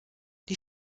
die